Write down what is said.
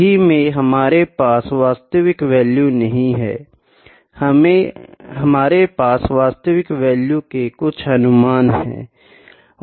सही में हमारे पास वास्तविक वैल्यू नहीं है हमारे पास वास्तविक वैल्यू के कुछ अनुमान है